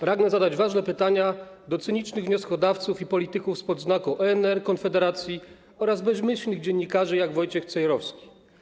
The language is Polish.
Pragnę zadać ważne pytania do cynicznych wnioskodawców i polityków spod znaku ONR, Konfederacji oraz bezmyślnych dziennikarzy, takich jak Wojciech Cejrowski.